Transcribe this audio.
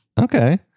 Okay